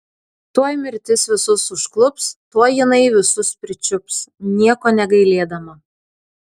tuoj mirtis visus užklups tuoj jinai visus pričiups nieko negailėdama